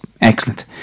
excellent